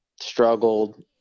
struggled